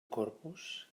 corpus